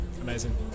amazing